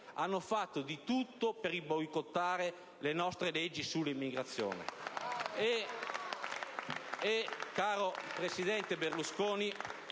Hanno fatto di tutto per boicottare le nostre leggi sull'immigrazione!